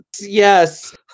Yes